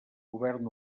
govern